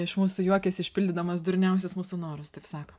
iš mūsų juokiasi išpildydamas durniausius mūsų norus taip sakant